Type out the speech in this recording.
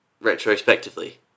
retrospectively